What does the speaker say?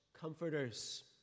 comforters